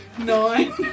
Nine